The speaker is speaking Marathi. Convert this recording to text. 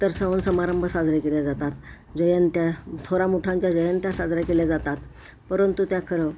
इतर सण समारंभ साजरे केल्या जातात जयंत्या थोरा मोठ्यांच्या जयंत्या साजऱ्या केल्या जातात परंतु त्या खरं